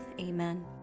amen